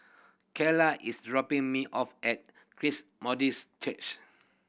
Kylah is dropping me off at Christ Methodist Church